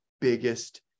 biggest